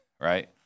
right